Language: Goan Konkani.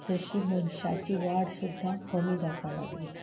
जशी मनशाची वाड सुद्दां कमी जावपाक लागली